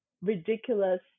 ridiculous